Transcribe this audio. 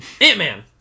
Ant-Man